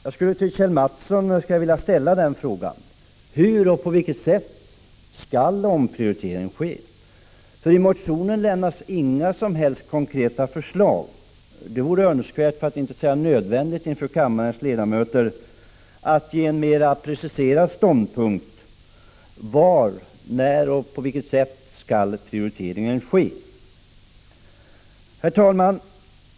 Jag skulle till Kjell Mattsson vilja ställa frågan: Hur och på vilket sätt skall omprioriteringen ske? I motionen lämnas inga som helst konkreta förslag. Det vore önskvärt, för att inte säga nödvändigt, att inför kammarens ledamöter ge en mer preciserad ståndpunkt, var, när och på vilket sätt prioriteringen skall ske.